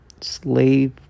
Slave